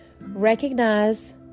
recognize